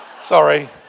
sorry